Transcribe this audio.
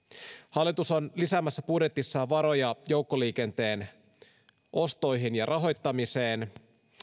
hallitus on lisäämässä budjetissaan varoja joukkoliikenteen ostoihin ja rahoittamiseen